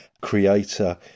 creator